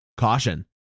Caution